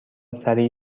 سریع